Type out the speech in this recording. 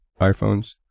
iPhones